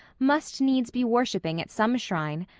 must needs be worshipping at some shrine.